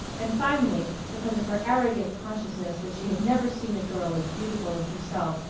and finally because of her arrogant consciousness that she had never seen a girl as beautiful as herself,